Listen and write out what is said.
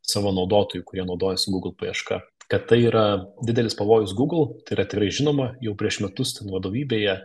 savo naudotojų kurie naudojasi google paieška kad tai yra didelis pavojus google tai yra tikrai žinoma jau prieš metus ten vadovybėje